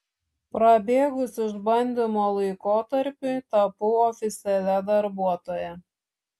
prabėgus išbandymo laikotarpiui tapau oficialia darbuotoja